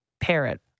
parrot